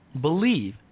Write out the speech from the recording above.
believe